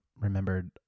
remembered